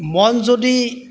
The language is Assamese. মন যদি